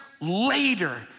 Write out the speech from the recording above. later